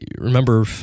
remember